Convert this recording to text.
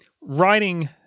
writing